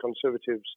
Conservatives